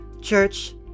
church